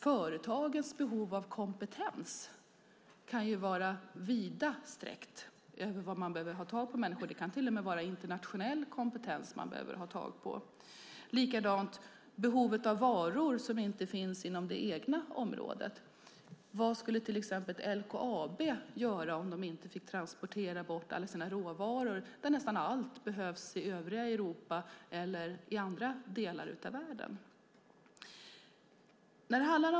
Företagens behov av kompetens kan vara vidsträckt när det gäller vilka människor man behöver ha tag på. Det kan till och med vara internationell kompetens som man behöver ha tag på. Likadant är det med behovet av varor som inte finns inom det egna området. Vad skulle till exempel LKAB göra om företaget inte fick transportera bort alla sina råvaror, där nästan allt behövs i övriga Europa eller i andra delar av världen?